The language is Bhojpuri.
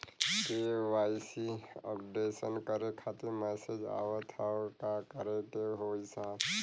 के.वाइ.सी अपडेशन करें खातिर मैसेज आवत ह का करे के होई साहब?